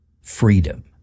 Freedom